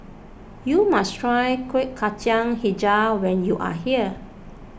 you must try Kuih Kacang HiJau when you are here